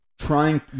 trying